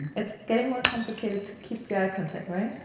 it's getting more complicated to keep the eye contact, right?